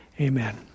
Amen